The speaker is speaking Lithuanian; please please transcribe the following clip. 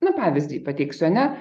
nu pavyzdį pateiksiu ar ne